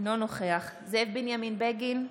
אינו נוכח זאב בנימין בגין,